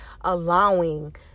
allowing